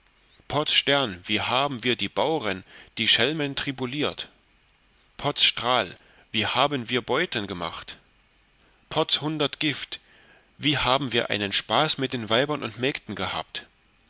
potz stern wie haben wir die bauren die schelmen tribuliert potz strahl wie haben wir beuten gemacht potz hundert gift wie haben wir einen spaß mit den weibern und mägden gehabt